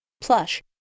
plush